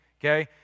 okay